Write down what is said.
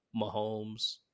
Mahomes